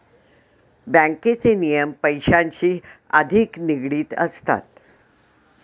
बँकेचे नियम पैशांशी अधिक निगडित असतात